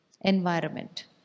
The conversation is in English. Environment